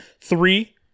three